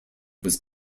was